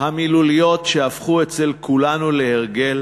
המילוליות שהפכו אצל כולנו להרגל